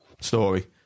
story